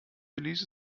ließe